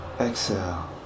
Exhale